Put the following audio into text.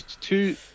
two